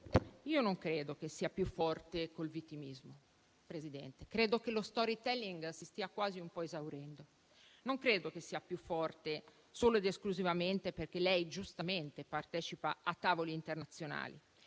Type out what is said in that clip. Io non credo che sia più forte con il vittimismo, Presidente. Credo che lo *storytelling* si stia un po' esaurendo. Non credo che sia più forte solo ed esclusivamente perché lei - giustamente - partecipa a tavoli internazionali.